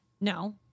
no